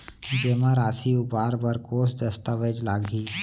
जेमा राशि उबार बर कोस दस्तावेज़ लागही?